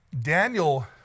Daniel